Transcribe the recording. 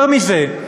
יותר מזה,